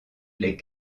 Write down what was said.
les